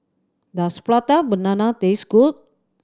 does Prata Banana taste good